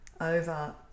over